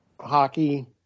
hockey